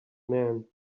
man